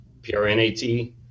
PRNAT